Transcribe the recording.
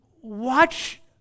watch